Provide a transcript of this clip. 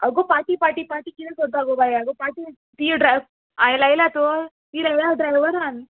आगो पाटी पाटी पाटी कितें करता गो बाये आगो पाटी ती ड्राय हांयें लायल्या तर ती लायल्या ड्रायवरान